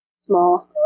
small